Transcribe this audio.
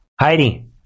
hiding